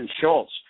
Schultz